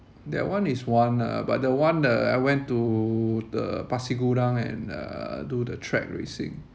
that one is one ah but the one the I went to the pasir gudang and uh do the track racing